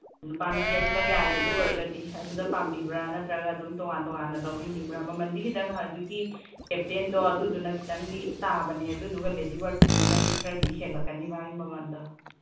ꯅꯨꯄꯥ ꯅꯨꯄꯤ ꯑꯅꯤꯃꯛ ꯌꯥꯔꯦ ꯑꯗꯨ ꯑꯣꯏꯔꯒꯗꯤ ꯑꯗꯨꯗ ꯄꯥꯝꯕꯤꯕ꯭ꯔꯥ ꯅꯠꯇ꯭ꯔꯒ ꯑꯗꯨꯝ ꯇꯣꯉꯥꯟ ꯇꯣꯉꯥꯟꯅ ꯂꯧꯕꯤꯅꯤꯡꯕ꯭ꯔꯥ ꯃꯃꯟꯗꯤ ꯈꯤꯇꯪ ꯍꯧꯖꯤꯛꯀꯤ ꯀꯦꯞꯇꯦꯟꯗꯣ ꯑꯗꯨꯗꯨꯅ ꯈꯤꯇꯪꯗꯤ ꯇꯥꯕꯅꯦ ꯑꯗꯨꯗꯨꯒ ꯂꯦꯗꯤ ꯕꯔꯠꯀꯨꯝꯕꯅꯗꯤ ꯈꯔꯗꯤ ꯍꯦꯜꯂꯛꯀꯅꯤ ꯃꯥꯒꯤ ꯃꯃꯟꯗꯣ